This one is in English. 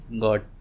got